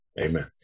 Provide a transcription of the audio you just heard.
Amen